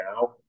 now